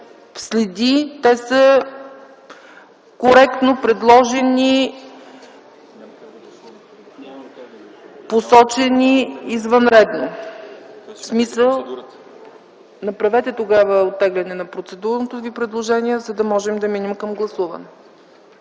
Те са коректно предложени, посочени извънредно. Направете оттегляне на процедурното Ви предложение, за да можем да минем към гласуване.